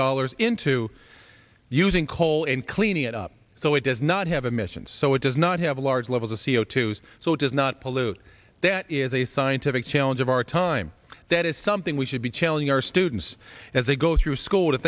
dollars into using coal and cleaning it up so it does not have emissions so it does not have a large levels of c o two so it does not pollute that is a scientific challenge of our time that is something we should be telling our students as they go through school to